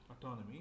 Autonomy